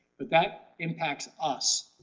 but that impacts us.